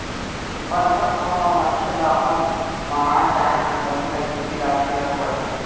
बंधक लोन म मनखे ल अपन मकान चाहे संपत्ति ल गिरवी राखे ल परथे